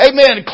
Amen